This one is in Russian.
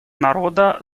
народа